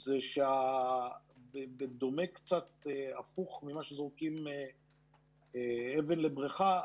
היא שבניגוד ממה שקורה כשזורקים אבן לבריכה,